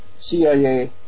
CIA